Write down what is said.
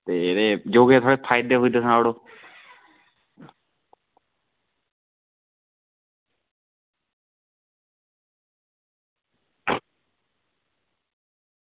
ते एह्दे योगा दे कोई फैदे फुद्दे सनाई ओड़ो